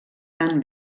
tan